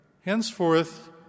Henceforth